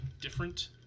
different